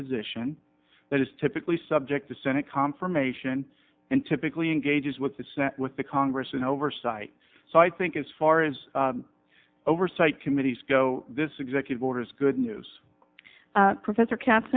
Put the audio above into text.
position that is typically subject to senate confirmation and typically engages with the senate with the congress and oversight so i think as far as oversight committees go this executive orders good news professor